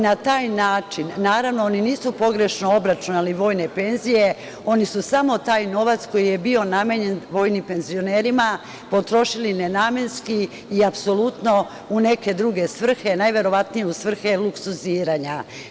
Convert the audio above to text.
Na taj način, naravno, oni nisu pogrešno obračunali vojne penzije, oni su samo taj novac koji je bio namenjen vojnim penzionerima potrošili nenamenski i apsolutno u neke druge svrhe, najverovatnije u svrhe luksuziranja.